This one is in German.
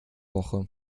woche